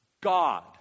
God